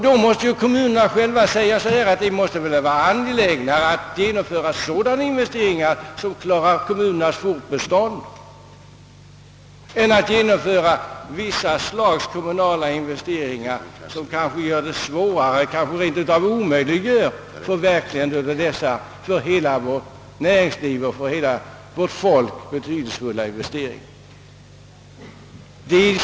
Det måste för kommunerna själva vara mer angeläget att medverka till att genomföra sådana investeringar, som säkrar kommunernas eget fortbestånd, än att förverkliga vissa kommunala investeringar som kanske rent av omöjliggör dessa andra, för hela vårt näringsliv och vårt folk väsentliga investeringar.